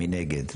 מי נגד?